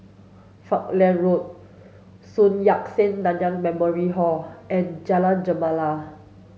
Falkland Road Sun Yat Sen Nanyang Memorial Hall and Jalan Gemala